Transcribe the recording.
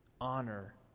honor